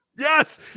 Yes